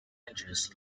avengers